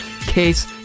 case